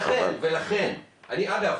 אני אגב